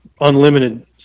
unlimited